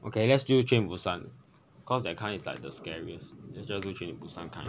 okay let's say train to busan cause that kind is like the scariest let's just do train to busan kind